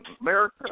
America